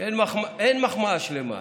אין מחמאה שלמה.